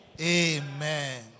Amen